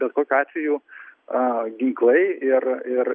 bet kokiu atveju a ginklai ir ir